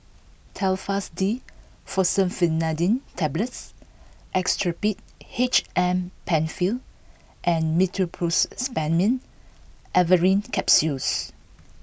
Telfast D Fexofenadine Tablets Actrapid H M Penfill and Meteospasmyl Alverine Capsules